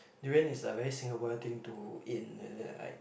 durian is a very Singaporean thing to eat like like